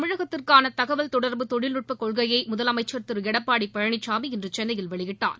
தமிழகத்திற்காள தகவல் தொடர்பு தொழில்நுட்ப கொள்கையை முதலமைச்சர் திரு எடப்பாடி பழனிசாமி இன்று சென்னையில் வெளியிட்டார்